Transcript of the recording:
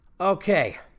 Okay